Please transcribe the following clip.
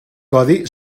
codi